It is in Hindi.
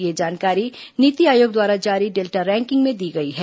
यह जानकारी नीति आयोग द्वारा जारी डेल्टा रैंकिंग में दी गई है